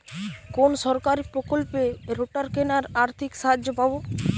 কোন সরকারী প্রকল্পে রোটার কেনার আর্থিক সাহায্য পাব?